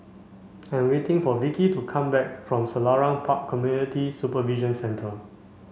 I'm waiting for Vicki to come back from Selarang Park Community Supervision Centre